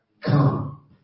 Come